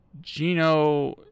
Gino